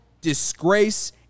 disgrace